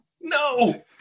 No